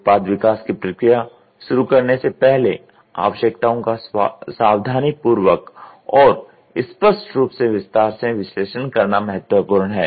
उत्पाद विकास प्रक्रिया शुरू करने से पहले आवश्यकताओं का सावधानीपूर्वक और स्पष्ट रूप से विस्तार से विश्लेषण करना महत्वपूर्ण है